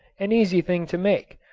an easy thing to make,